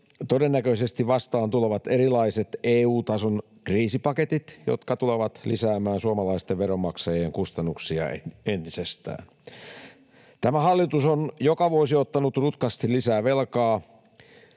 todennäköisesti vastaan tulevat erilaiset EU-tason kriisipaketit, jotka tulevat lisäämään suomalaisten veronmaksajien kustannuksia entisestään. Tämä hallitus on joka vuosi ottanut rutkasti lisää velkaa,